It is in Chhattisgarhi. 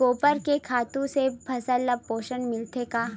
गोबर के खातु से फसल ल पोषण मिलथे का?